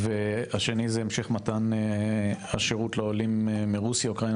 הסוגיה השנייה היא המשך מתן שירות לעולים מאוקראינה,